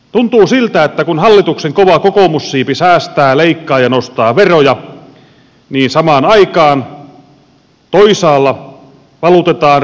tuntuu siltä että kun hallituksen kova kokoomussiipi säästää leikkaa ja nostaa veroja niin samaan aikaan toisaalla valutetaan rahaa kansallispuistoihin